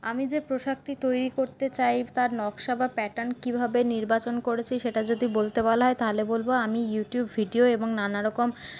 আমি যে পোশাকটি তৈরি করতে চাই তার নকশা বা প্যাটার্ন কীভাবে নির্বাচন করেছি সেটা যদি বলতে বলা হয় তাহলে বলবো আমি ইউটিউব ভিডিও এবং নানা রকম